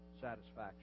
satisfaction